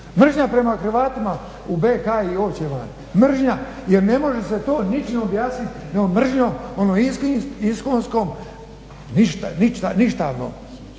Mržnja prema Hrvatima u BiH i uopće vani, mržnja jer ne može se to ničim objasniti nego mržnjom onom iskonskom ništavnom.